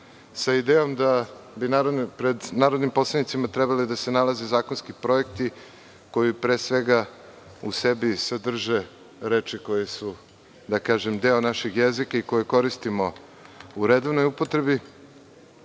sa idejom da bi pred narodnim poslanicima trebali da se nalaze zakonski projekti koji pre svega u sebi sadrže reči koje su, da kažem, deo našeg jezika koji koristimo u redovnoj upotrebi.